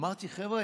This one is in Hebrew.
אמרתי: חבר'ה,